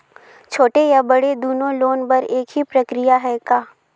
छोटे या बड़े दुनो लोन बर एक ही प्रक्रिया है का?